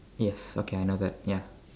yes okay I know that ya